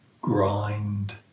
grind